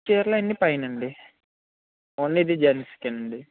చీరలు అవన్నీ పైనండి ఓన్లీ ఇది జెంట్స్కే అండి